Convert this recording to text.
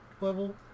Level